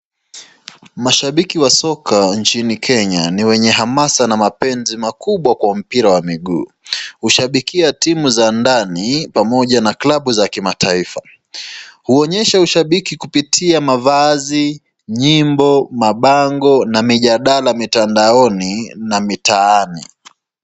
Mashabiki wa soka nchini Kenya ni wenye hamasa na mapenzi makubwa kwa mpira wa miguu. Hushabikia timu za ndani pamoja na klabu za kimataifa. Huonyesha ushabiki kupitia mavazi, nyimbo, mabango na mijadala mitandaoni na mitaani.